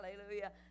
hallelujah